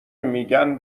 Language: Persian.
میگن